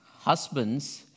husbands